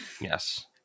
Yes